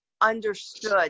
understood